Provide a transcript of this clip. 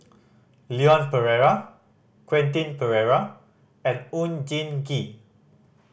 Leon Perera Quentin Pereira and Oon Jin Gee